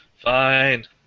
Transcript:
Fine